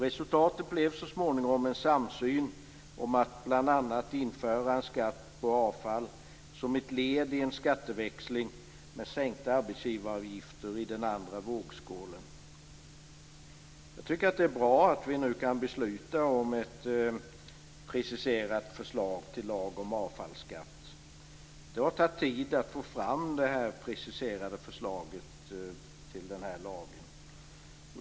Resultatet blev så småningom en samsyn om att bl.a. införa en skatt på avfall som ett led i en skatteväxling med sänkta arbetsgivaravgifter i den andra vågskålen. Jag tycker att det är bra att vi nu kan besluta om ett preciserat förslag till lag om avfallsskatt. Det har tagit tid att få fram det preciserade förslaget till lagen.